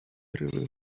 really